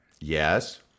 Yes